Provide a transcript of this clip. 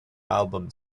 album